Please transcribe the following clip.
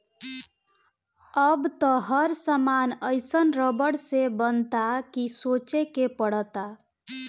अब त हर सामान एइसन रबड़ से बनता कि सोचे के पड़ता